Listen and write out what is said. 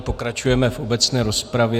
Pokračujeme v obecné rozpravě.